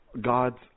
God's